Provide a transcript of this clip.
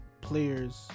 players